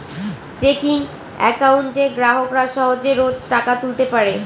checking একাউন্টে গ্রাহকরা সহজে রোজ টাকা তুলতে পারে